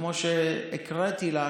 וכמו שהקראתי לך,